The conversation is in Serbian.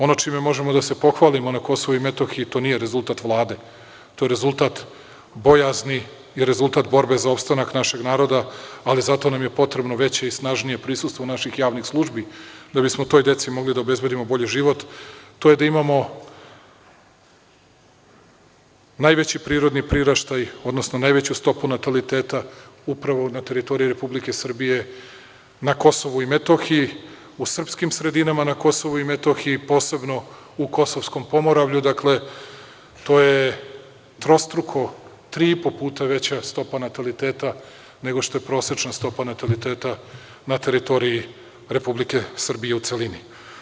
Ono čime možemo da se pohvalimo na Kosovu i Metohiji, to nije rezultat Vlade, to je rezultat bojazni i rezultat borbe za opstanak našeg naroda, ali zato nam je potrebno veće i snažnije prisustvo naših javnih službi da bismo toj deci mogli da obezbedimo bolji život, to je da imamo najveći prirodni priraštaj, odnosno najveću stopu nataliteta upravo na teritoriji Republike Srbije na Kosovu i Metohiji, u srpskim sredinama na Kosovu i Metohiji, posebno u Kosovskom Pomoravlju, dakle, to je trostruko, tri i po puta veća stopa nataliteta nego što je prosečna stopa nataliteta na teritoriji Republike Srbije u celini.